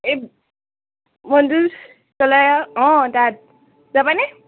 এই মন্দিৰ গ'লে অঁ তাত যাবা নে